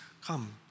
come